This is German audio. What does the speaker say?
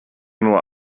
nur